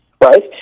Right